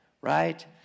right